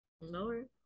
Lower